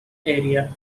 area